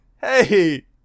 Hey